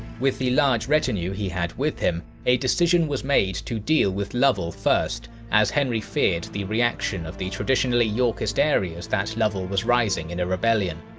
with the large retinue he had with him, a decision was made to deal with lovell first, as henry feared the reaction of the traditionally yorkist areas that lovell was rousing to and rebellion.